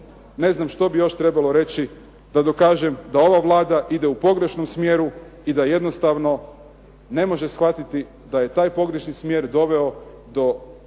ne znam što bi još trebalo reći da dokažem da ova Vlada ide u pogrešnom smjeru i da jednostavno ne može shvatiti da je taj pogrešan smjer doveo do